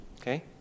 okay